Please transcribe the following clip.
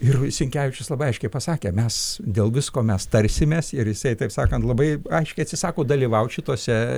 ir sinkevičius labai aiškiai pasakė mes dėl visko mes tarsimės ir jisai taip sakant labai aiškiai atsisako dalyvaut šituose